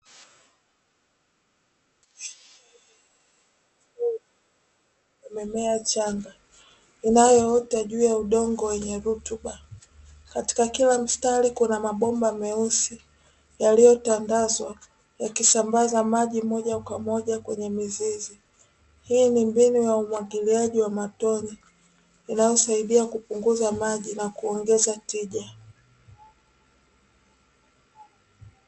Mimea michanga, inayoota juu ya udongo wenye rutuba, katika kila mstari kuna mambomba meusi yaliyotandazwa, yakisambaza maji moja kwa moja kwenye mizizi. Hii ni mbinu ya umwagiliaji wa matone inayosaidia kupunguza maji na kuongeza tija.